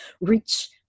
reach